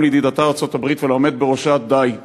לידידתה ארצות-הברית ולעומד בראשה: די,